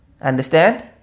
Understand